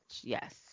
yes